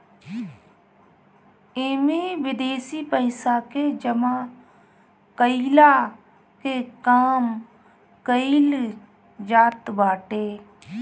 इमे विदेशी पइसा के जमा कईला के काम कईल जात बाटे